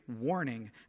warning